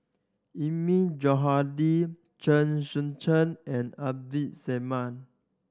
Eilmi Johandi Chen Sucheng and Abdul Samad